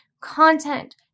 content